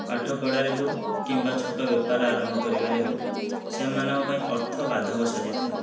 ପାଠ ପଢ଼ାରେ ହେଉ କିମ୍ବା ଛୋଟ ବେପାର ଆରମ୍ଭ କରିବାରେ ହେଉ ସେମାନଙ୍କ ପାଇଁ ଅର୍ଥ ବାଧକ ସାଜିଥାଏ